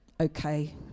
okay